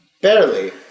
barely